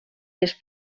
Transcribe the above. les